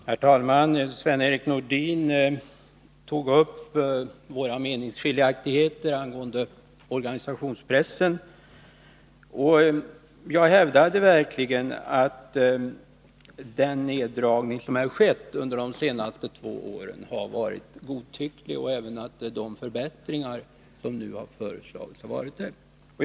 Herr talman! Sven-Erik Nordin tog upp våra meningsskiljaktigheter angående organisationspressen. Jag hävdade verkligen att den neddragning som här skett under de senaste två åren har varit godtycklig och att även de förbättringar som nu föreslagits har varit godtyckliga.